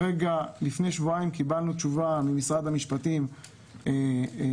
לפני שבועיים קיבלנו תשובה ממשרד המשפטים שהם